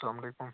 السلام علیکُم